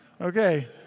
Okay